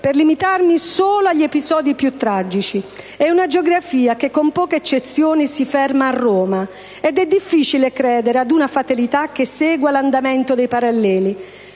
per limitarmi solo agli episodi più tragici. È una geografia che, con poche eccezioni, si ferma a Roma, ed è difficile credere ad una fatalità che segue l'andamento dei paralleli.